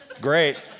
Great